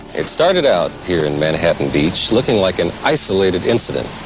it started out, here in manhattan beach, looking like an isolated incident.